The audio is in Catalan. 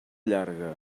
llarga